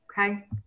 okay